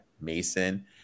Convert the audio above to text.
Mason